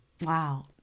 Wow